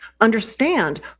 understand